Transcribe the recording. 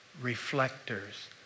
reflectors